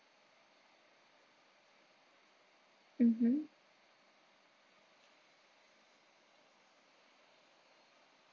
mmhmm